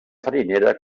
farinera